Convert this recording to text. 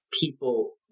people